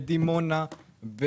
בדימונה,